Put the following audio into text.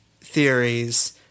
theories